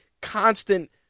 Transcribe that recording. constant